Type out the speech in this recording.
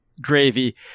gravy